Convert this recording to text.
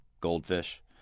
goldfish